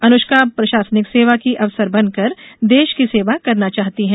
अनुष्का भारती प्रशासनिक सेवा की अफसर बनकर देश की सेवा करना चाहती हैं